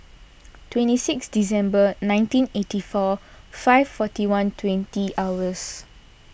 twenty six December nineteen eighty four five forty one twenty hours